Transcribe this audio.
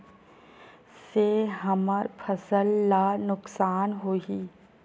से हमर फसल ला नुकसान होही?